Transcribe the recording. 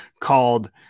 called